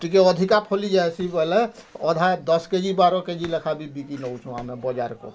ଟିକେ ଅଧିକା ଫଲି ଯାଏସି ବୋଇଲେ ଅଧା ଦଶ କେଜି ବାର କେଜି ଲେଖା ବି ବିକି ନେଉଛୁ ଆମେ ବଜାର୍କୁ